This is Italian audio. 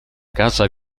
casa